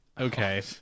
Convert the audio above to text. Okay